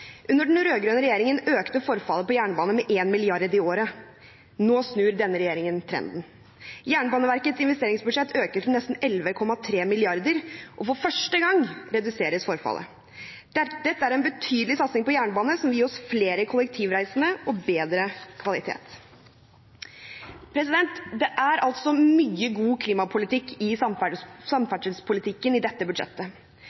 Under den rød-grønne regjeringen økte forfallet på jernbane med 1 mrd. kr i året. Nå snur denne regjeringen trenden. Jernbaneverkets investeringsbudsjett øker til nesten 11,3 mrd. kr, og for første gang reduseres forfallet. Dette er en betydelig satsing på jernbane, som vil gi oss flere kollektivreisende og bedre kvalitet. Det er altså mye god klimapolitikk i